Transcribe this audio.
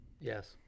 Yes